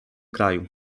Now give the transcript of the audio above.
kraju